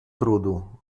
trudu